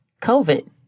COVID